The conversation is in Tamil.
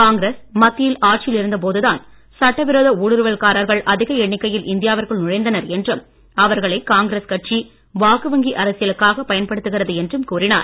காங்கிரஸ் மத்தியில் ஆட்சியில் இருந்த போது தான் சட்ட விரோத ஊடுறுவல் காரர்கள் அதிக எண்ணிக்கையில் இந்தியாவிற்குள் நுழைந்தனர் என்றும் அவர்களை காங்கிரஸ் கட்சி வாக்கு வங்கி அரசியலுக்காக பயன்படுத்துகிறது என்றும் கூறினார்